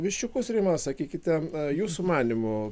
viščiukus rima sakykite jūsų manymu